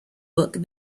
book